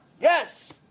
Yes